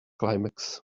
climax